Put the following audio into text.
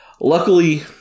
Luckily